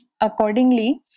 accordingly